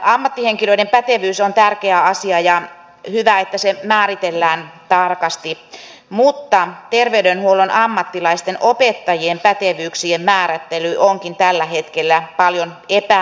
ammattihenkilöiden pätevyys on tärkeä asia ja hyvä että se määritellään tarkasti mutta terveydenhuollon ammattilaisten opettajien pätevyyksien määrittely onkin tällä hetkellä paljon epämääräisempää